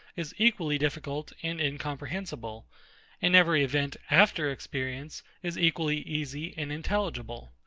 is equally difficult and incomprehensible and every event, after experience, is equally easy and intelligible.